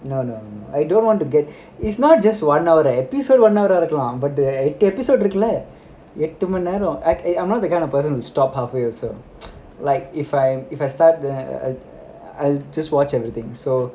no no no I don't want to get it's not just one hour [eh]episode one hour அ இருக்கலாம் but எட்டு episode இருக்குல்ல:a irukalam but episode irukulla I'm not the kind of person to stop halfway also like if I'm if I start then I I I'll just watch everything so